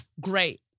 Great